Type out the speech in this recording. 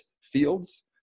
fields